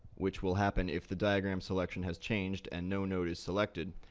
which will happen if the diagram selection has changed and no node is selected,